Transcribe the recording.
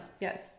Yes